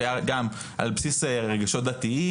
גם על בסיס רגשות דתיים,